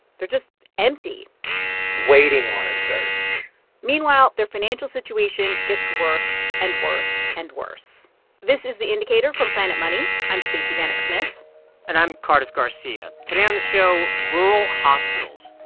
they're just empty waiting on a surge meanwhile, their financial situation gets worse and worse and worse this is the indicator from planet money. i'm stacey vanek smith and i'm cardiff garcia. today on the show, rural hospitals.